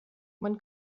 man